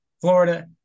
Florida